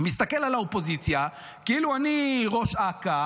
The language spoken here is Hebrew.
מסתכל על האופוזיציה, כאילו אני ראש אכ"א